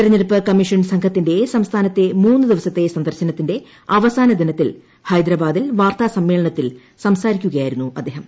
തെരഞ്ഞെടുപ്പ് കമ്മീഷൻ സംഘത്തിന്റെ സംസ്ഥാനത്തെ മൂന്നു ദിവസത്തെ സ്ന്ദർശനത്തിന്റെ അവസാന ദിനത്തിൽ ഹൈദരാബാദിൽ വാർത്താസമ്മേളനത്തിൽ സംസാരിക്കുകയായിരുന്നു അദ്ദേഹം